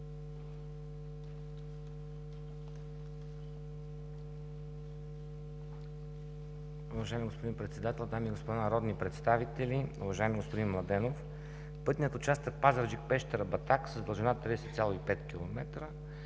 Уважаеми господин Председател, дами и господа народни представители! Уважаеми господин Младенов, пътният участък Пазарджик – Пещера – Батак с дължина 30,5 км